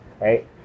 right